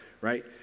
right